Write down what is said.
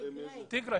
אנשים שטיגרי.